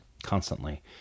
constantly